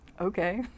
okay